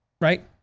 Right